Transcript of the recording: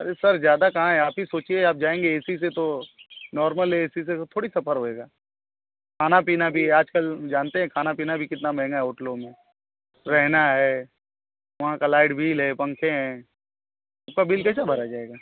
अरे सर ज़्यादा कहाँ है आप ही सोचिए आप जाएँगे ए सी से तो नॉर्मल ए सी से थोड़ी सफ़र होगा खाना पीना भी आजकल जानते हैं खाना पीना भी कितना महँगा है होटलों में रहना है वहाँ का लाइट बिल है पंखे हैं उसका बिल कैसे भरा जाएगा